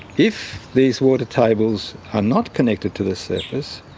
if these water tables are not connected to the surface,